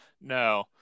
No